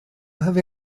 have